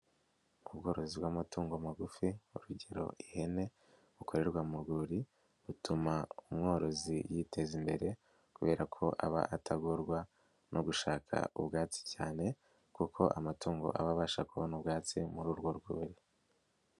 Ubworozi bw'amatungo magufi urugero ihene, bukorerwa mu rwuri ,butuma umworozi yiteza imbere, kubera ko aba atagorwa no gushaka ubwatsi cyane, kuko amatungo aba abasha kubona ubwatsi muri urwo rwuri.